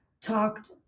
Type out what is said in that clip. talked